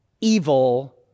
evil